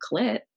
clit